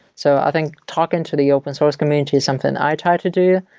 so i think talking to the open source community is something i try to do.